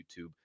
YouTube